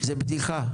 זו בדיחה.